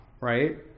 right